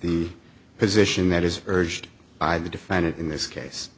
the position that is urged by the defendant in this case